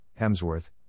Hemsworth